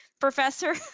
Professor